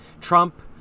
Trump